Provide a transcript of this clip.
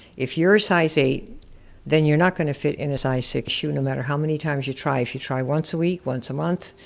if you're a size eight then you're not gonna fit in a size six shoe, no matter how many times you try. if you try once a week, once a month,